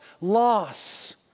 loss